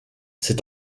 ses